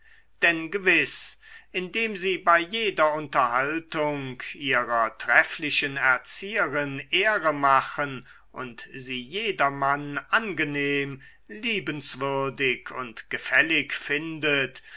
denn gewiß indem sie bei jeder unterhaltung ihrer fürtrefflichen erzieherin ehre machen und sie jedermann angenehm liebenswürdig und gefällig findet